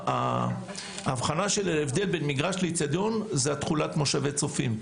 האצטדיונים האבחנה בין מגרש לאצטדיון זה תכולת מושבי הצופים.